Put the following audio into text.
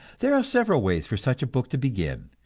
there are several ways for such a book to begin.